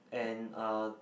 and uh